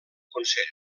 consell